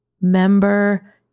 member